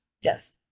Yes